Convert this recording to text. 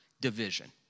Division